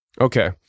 Okay